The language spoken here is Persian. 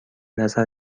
نظر